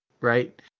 right